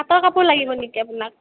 পাটৰ কাপোৰ লাগিব নেকি আপোনাক